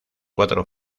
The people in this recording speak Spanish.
cuatro